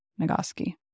Nagoski